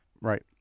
Right